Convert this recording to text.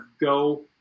go